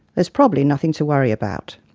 there's probably nothing to worry about.